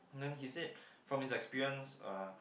then he said from his experience uh